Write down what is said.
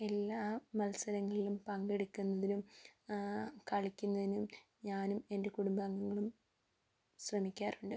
എല്ലാ മത്സരങ്ങളിലും പങ്കെടുക്കുന്നതിനും കളിക്കുന്നതിനും ഞാനും എന്റെ കുടുംബാംഗങ്ങളും ശ്രമിക്കാറുണ്ട്